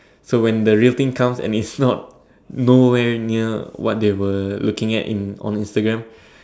so when the real things comes and it's not nowhere near what they were looking at in on Instagram